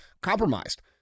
compromised